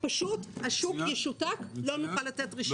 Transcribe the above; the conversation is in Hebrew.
פשוט השוק ישותק, לא נוכל לתת רישיונות.